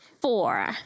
Four